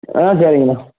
ஆ சரிங்கண்ணா